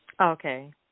Okay